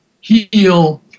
heal